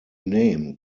name